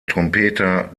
trompeter